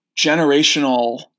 generational